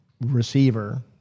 receiver